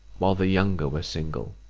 while the younger were single?